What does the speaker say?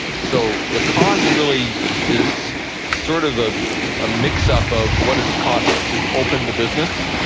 so the cost really is sort of a ah mix-up of what does it cost to open the business,